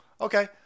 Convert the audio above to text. Okay